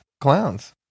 clowns